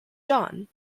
john